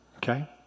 Okay